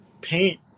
paint